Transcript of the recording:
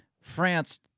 france